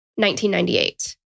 1998